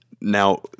Now